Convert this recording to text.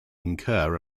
incur